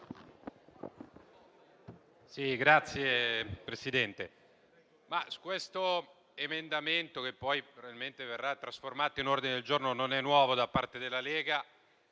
Questo emendamento, che poi probabilmente verrà trasformato in ordine del giorno, non è nuovo da parte della Lega.